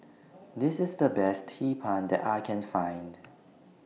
This IS The Best Hee Pan that I Can Find